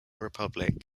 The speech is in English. republic